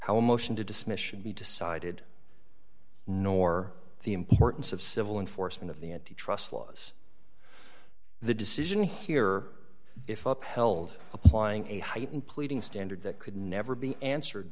how a motion to dismiss should be decided nor the importance of civil enforcement of the antitrust laws the decision here if up held applying a heightened pleading standard that could never be answered